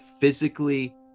physically